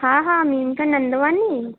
हा हा मेनका नंदवानी